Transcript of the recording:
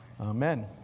Amen